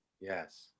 Yes